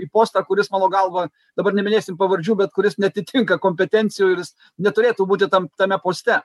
į postą kuris mano galva dabar neminėsim pavardžių bet kuris neatitinka kompetencijų ir jis neturėtų būti tam tame poste